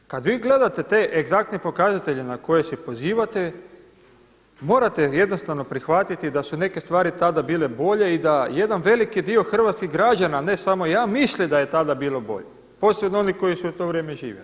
Ali kada vi gledate te egzaktne pokazatelje na koje se pozivate, morate jednostavno prihvatiti da su neke stvari tada bile bolje i da jedan veliki dio hrvatskih građana, ne samo ja, misle da je tada bilo bolje, posebno onih koji su u to vrijeme živjeli.